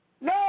No